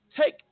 Take